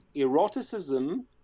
eroticism